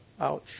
Ouch